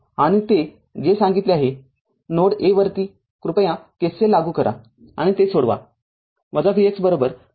आणि ते जे सांगितले आहे नोड a वरती कृपया KCL लागू करा आणि ते सोडवा Vx २५